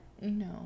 No